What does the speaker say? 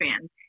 fans